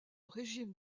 régime